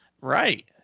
Right